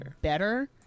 better